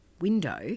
window